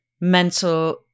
mental